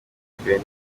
over